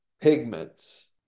Pigments